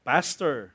Pastor